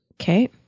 Okay